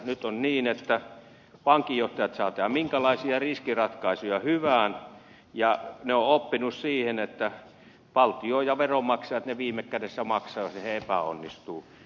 nyt on niin että pankinjohtajat saavat tehdä minkälaisia riskiratkaisuja hyvänsä ja he ovat oppineet siihen että valtio ja veronmaksajat ne viime kädessä maksavat jos he epäonnistuvat